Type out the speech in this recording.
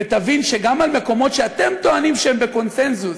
ותבין שגם במקומות שאתם טוענים שהם בקונסנזוס,